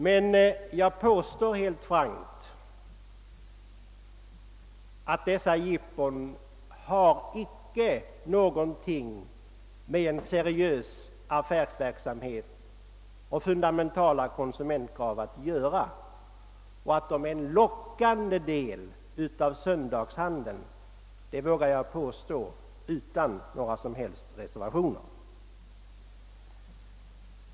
Men jag påstår helt frankt att dessa jippon icke har någonting med seriös affärsverksamhet och fundamentala affärskrav att göra. Att de lockar till en stor del av söndagshandeln vågar jag påstå utan några som helst reservationer.